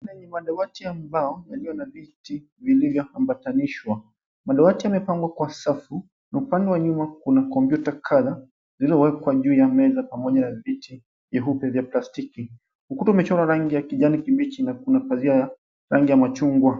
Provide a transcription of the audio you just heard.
Kwenye madawati ya mbao yaliyo na viti vilivyo ambatanishwa. Madawati yamepangwa kwa safu na upande wa nyuma kuna kompyuta kadha zilizowekwa juu ya meza pamoja na viti vifupi vya plastiki. Ukuta umechorwa rangi ya kijani kibichi na kuna pazia ya rangi ya machungwa.